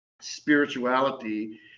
spirituality